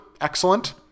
excellent